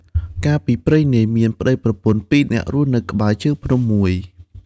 កាលពីព្រេងនាយ មានប្តីប្រពន្ធពីរនាក់រស់នៅក្បែរ ជើងភ្នំមួយ ។